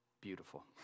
beautiful